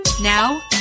Now